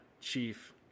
chief